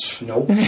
nope